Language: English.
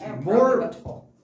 more